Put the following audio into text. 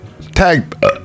tag